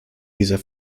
dieser